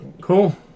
Cool